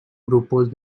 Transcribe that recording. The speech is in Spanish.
grupos